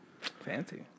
Fancy